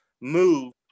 move